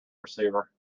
receiver